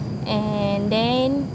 and then